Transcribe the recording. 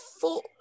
full